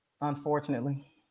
unfortunately